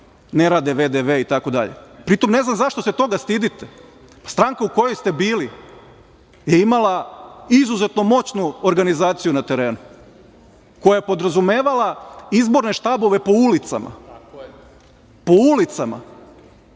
ne rade VDV itd. Pritom ne znam zašto se toga stidite? Pa, stranka u kojoj ste bili je imala izuzetno moćnu organizaciju na terenu koja je podrazumevala izborne štabove po ulicama, po ulicama